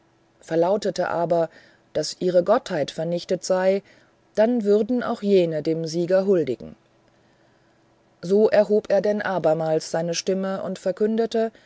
verlautete es aber daß ihre gottheit vernichtet sei dann würden auch jene dem sieger huldigen so erhob er denn abermals seine stimme und verkündete